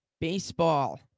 Baseball